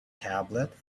tablet